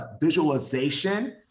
visualization